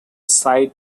side